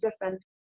different